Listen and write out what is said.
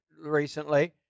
recently